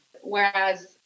Whereas